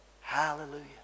hallelujah